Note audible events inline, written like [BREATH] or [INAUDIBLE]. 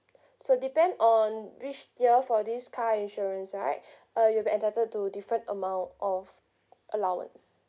so depend on which tier for this car insurance right [BREATH] uh you'll be entitled to different amount of allowance